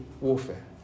warfare